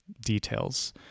details